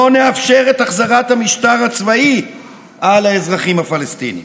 לא נאפשר את החזרת המשטר הצבאי על האזרחים הפלסטינים.